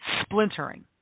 splintering